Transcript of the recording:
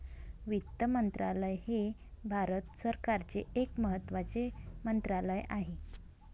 वित्त मंत्रालय हे भारत सरकारचे एक महत्त्वाचे मंत्रालय आहे